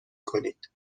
کنید